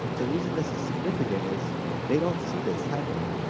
the reason this is significant is they don't see this happening.